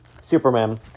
Superman